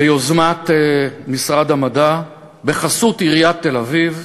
ביוזמת משרד המדע, בחסות עיריית תל-אביב,